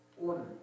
order